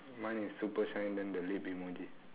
mine is super shine then the lip emoji